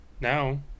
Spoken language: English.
Now